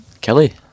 Kelly